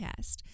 podcast